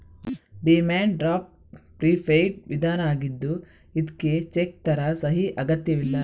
demand draft prepaid ವಿಧಾನ ಆಗಿದ್ದು ಇದ್ಕೆ ಚೆಕ್ ತರ ಸಹಿ ಅಗತ್ಯವಿಲ್ಲ